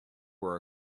were